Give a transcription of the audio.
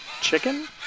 chicken